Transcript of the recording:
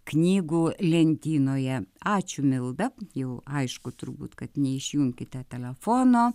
knygų lentynoje ačiū milda jau aišku turbūt kad neišjunkite telefono